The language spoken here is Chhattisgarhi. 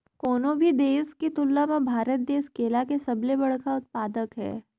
कोनो भी देश के तुलना म भारत देश केला के सबले बड़खा उत्पादक हे